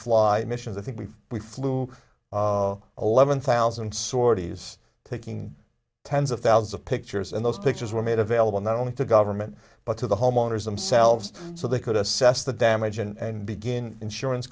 fly missions i think we we flew a lemon thousand sorties taking tens of thousands of pictures and those pictures were made available not only to government but to the homeowners themselves so they could assess the damage and begin insurance